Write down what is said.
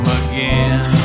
again